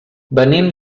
venim